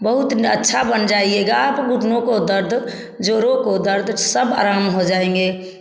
बहुत अच्छा बन जाएगा आप घुटनों को दर्द जोड़ों को दर्द सब आराम हो जाएँगे